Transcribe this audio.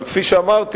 אבל כפי שאמרתי,